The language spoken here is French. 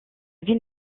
ville